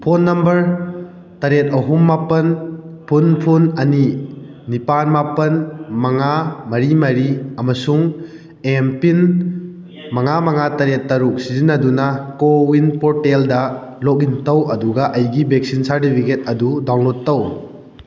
phone number ꯇꯔꯦꯠ ꯑꯍꯨꯝ ꯃꯥꯄꯜ ꯐꯨꯟ ꯐꯨꯟ ꯑꯅꯤ ꯅꯤꯄꯥꯜ ꯃꯥꯄꯜ ꯃꯉꯥ ꯃꯔꯤ ꯃꯔꯤ ꯑꯃꯁꯨꯡ ꯑꯦꯝꯄꯤꯟ ꯃꯉꯥ ꯃꯉꯥ ꯇꯔꯦꯠ ꯇꯔꯨꯛ ꯁꯤꯖꯤꯟꯅꯗꯨꯅ ꯀꯣꯋꯤꯟ ꯄꯣꯔꯇꯦꯜꯗ ꯂꯣꯛꯏꯟ ꯇꯧ ꯑꯗꯨꯒ ꯑꯩꯒꯤ ꯚꯦꯛꯁꯤꯟ ꯁꯥꯔꯗꯤꯕꯤꯀꯦꯠ ꯑꯗꯨ ꯗꯥꯎꯟꯂꯣꯗ ꯇꯧ